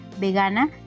Vegana